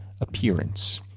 appearance